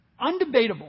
undebatable